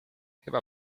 chyba